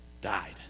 died